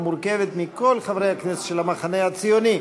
המורכבת מכל חברי הכנסת של המחנה הציוני: